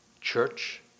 church